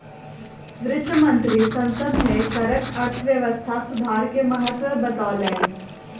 वित्त मंत्री संसद में करक अर्थव्यवस्था सुधार के महत्त्व बतौलैन